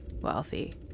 wealthy